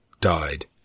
died